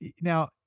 Now